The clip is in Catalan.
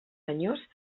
senyors